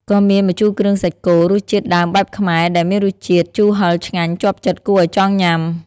ក៏មាន ម្ជូរគ្រឿងសាច់គោ រសជាតិដើមបែបខ្មែរដែលមានរសជាតិជូរហឹរឆ្ងាញ់ជាប់ចិត្តគួរឲ្យចង់ញ៉ាំ។